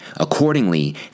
Accordingly